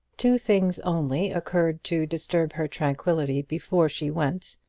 two things only occurred to disturb her tranquillity before she went,